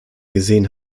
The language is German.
gesehen